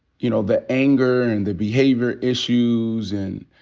you know, the anger and the behavior issues, and,